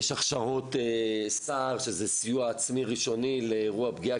ויש הכשרות סע"ר סיוע עצמאי ראשוני לאירוע פגיעה,